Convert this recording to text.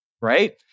right